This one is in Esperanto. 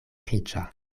riĉa